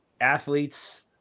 athletes